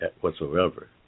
whatsoever